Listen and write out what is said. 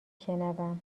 شنوم